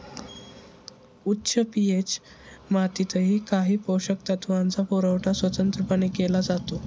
उच्च पी.एच मातीतही काही पोषक तत्वांचा पुरवठा स्वतंत्रपणे केला जातो